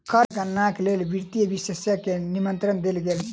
कर गणनाक लेल वित्तीय विशेषज्ञ के निमंत्रण देल गेल